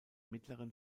mittleren